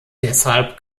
deshalb